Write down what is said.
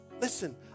listen